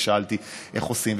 ושאלתי איך עושים,